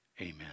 amen